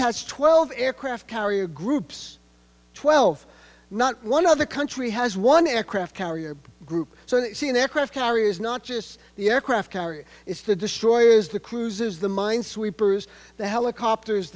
has twelve aircraft carrier groups twelth not one of the country has one aircraft carrier group so you see an aircraft carrier is not just the aircraft carrier it's the destroyers the cruises the minesweepers the helicopters